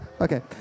Okay